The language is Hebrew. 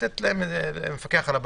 לתת למפקח על הבנקים.